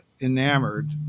enamored